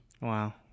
Wow